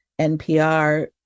NPR